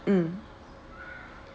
mm